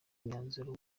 imyanzuro